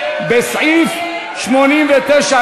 בסעיף 89,